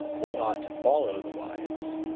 one ought to follow the wise,